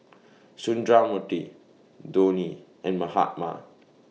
Sundramoorthy Dhoni and Mahatma